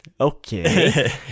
okay